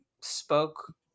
spoke